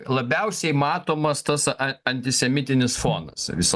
labiausiai matomas tas a antisemitinis fonas visą